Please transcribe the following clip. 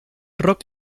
rock